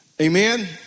Amen